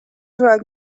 drag